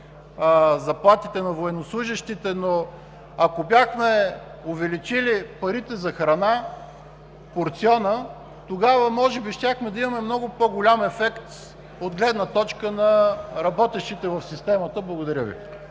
заплатите на военнослужещите, но ако бяхме увеличили парите за храна – порциона, тогава може би щяхме да имаме много по-голям ефект от гледна точка на работещите в системата. Благодаря Ви.